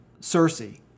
Cersei